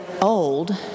old